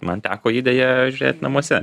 man teko jį deja žiūrėt namuose